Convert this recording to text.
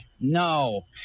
no